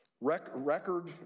record